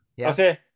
Okay